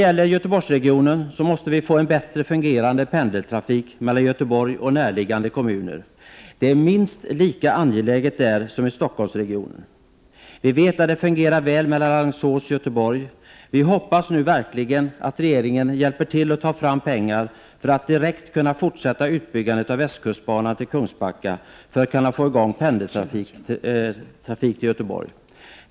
I Göteborgsregionen måste vi få en bättre fungerande pendeltrafik mellan Göteborg och närliggande kommuner. Det är minst lika angeläget där som i Stockholmsregionen. Vi vet att pendeltrafiken fungerar väl mellan Alingsås och Göteborg. Vi hoppas nu verkligen att regeringen hjälper till och tar fram pengar så att man direkt kan fortsätta att bygga ut västkustbanan till Kungsbacka för att få i gång pendeltrafik till Göteborg.